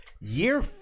Year